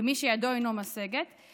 במי שידו אינה משגת,